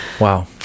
wow